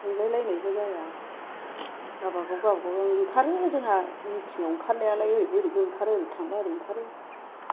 सोंलायलायनायबो जाया गावबा गाव गावबा गाव ओंखारो जोंहा मिटिं आव ओंखारनायालाय ओरैबो ओरैबो ओरै थांबा ओरै ओंखारो